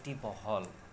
অতি বহল